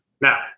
Now